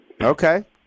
Okay